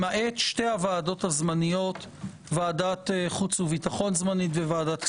למעט שתי הוועדות הזמניות ועדת חוץ וביטחון זמנית וועדת כספים.